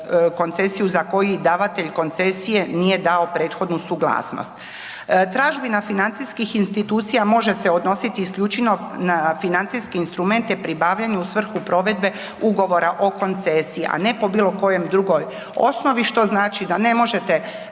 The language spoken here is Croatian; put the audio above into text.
koncesiju za koji davatelj koncesije nije dao prethodnu suglasnost. Tražbina financijskih institucija može se odnositi isključivo na financijski instrumente pribavljanja u svrhu provedbe ugovora o koncesiji, a ne po bilo kojoj drugoj osnovi što znači da ne možete